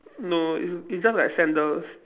no it's it's just like sandals